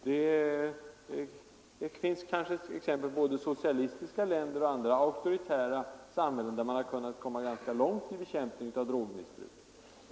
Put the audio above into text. Det finns kanske exempel på både socialistiska länder och andra auktoritära samhällen där man har kunnat komma ganska långt i bekämpningen av drogmissbruk.